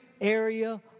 area